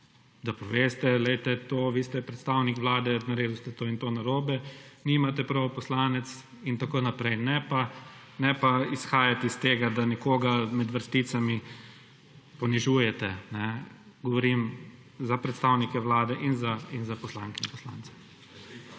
da poveste, poglejte to, vi ste predstavnik Vlade, naredil ste to in to narobe, nimate prav poslanec, itn. Ne pa izhajati iz tega, da nekoga med vrsticami ponižujete. Govorim za predstavnike Vlade in za poslanke in poslance.